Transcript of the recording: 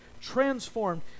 transformed